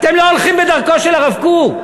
אתם לא הולכים בדרכו של הרב קוק.